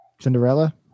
Cinderella